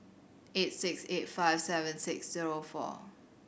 eight six eight five seven six zero four